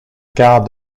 quart